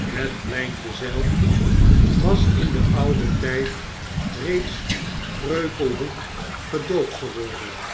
het pleintje zelf was in den ouden tijd reeds kreupelhoek gedooptgeworden